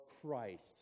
Christ